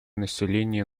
население